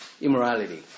Immorality